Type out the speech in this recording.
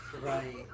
Right